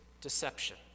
deception